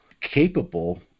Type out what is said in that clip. capable